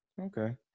Okay